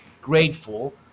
grateful